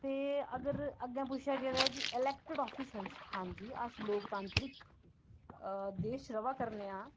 ते अगर अग्गें पुच्छेआ गेदा ऐ कि इलैक्टेड आफिशल जी अस लोकतांत्रिक देश च र'वै करने आं